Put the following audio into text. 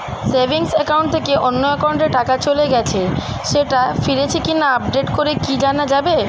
Savings account থেকে অন্য একাউন্টে টাকা চলে গেছে সেটা ফিরেছে কিনা আপডেট করে কি জানা যাবে?